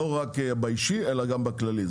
לא רק באישי, אלא גם בכללי.